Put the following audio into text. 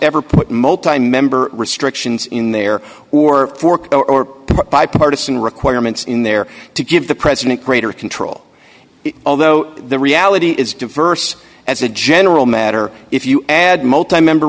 ever put multi member restrictions in there or work or bipartisan requirements in there to give the president greater control although the reality is diverse as a general matter if you add multi member